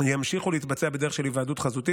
ימשיכו להתבצע בדרך של היוועדות חזותית.